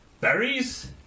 Berries